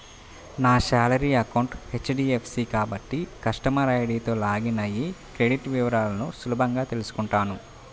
నా salary account HDFC కాబట్టి customer ఐడీతో లాగిన్ అయ్యి క్రెడిట్ వివరాలను సులభంగా తెల్సుకుంటాను